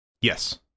Yes